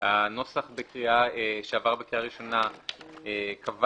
--- הנוסח שעבר בקריאה ראשונה קבע